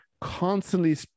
constantly